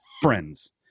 Friends